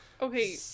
Okay